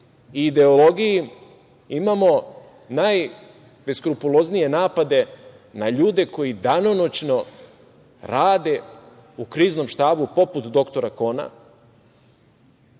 i ideologiji imamo najbeskrupuloznije napade na ljude koji danonoćno rade u Kriznom štabu, poput dr Kona,